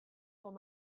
van